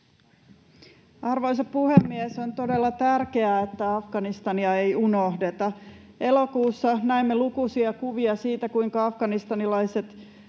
Arvoisa puhemies! On todella tärkeää, että Afganistania ei unohdeta. Elokuussa näimme lukuisia kuvia siitä, kuinka afganistanilaiset